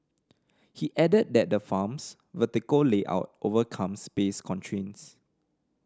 he added that the farm's vertical layout overcomes space constraints